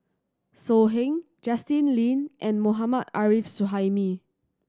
So Heng Justin Lean and Mohammad Arif Suhaimi